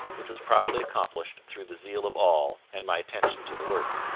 which was promptly accomplished through the zeal of all, and my attention to the work.